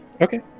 Okay